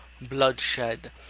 Bloodshed